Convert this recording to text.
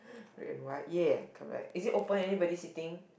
red and white ya correct is it open anybody sitting